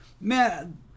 man